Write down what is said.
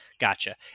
gotcha